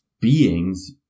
beings